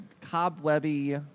cobwebby